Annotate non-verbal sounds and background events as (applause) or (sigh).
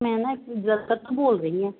ਮੈਂ ਨਾ ਐਕਚੁਲੀ (unintelligible) ਬੋਲ ਰਹੀ ਹਾਂ